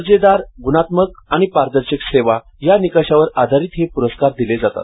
दर्जेदार गुणात्मक आणि पारदर्शक सेवा या निकषावर आधारित हे पुरस्कार दिले जातात